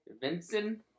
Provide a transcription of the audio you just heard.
Vincent